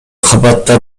кабатта